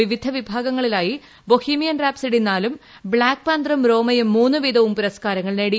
വിവിധ വിഭാഗങ്ങളിലായി Bohemian Rhapsody നാലും ബ്ലാക്ക് പാന്തറും റോമയും മൂന്നുവീതം പുരസ്കാരങ്ങൾ നേടി